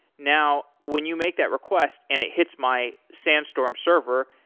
now, when you make that request and it hits my sandstorm server,